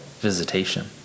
visitation